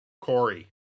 Corey